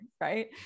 right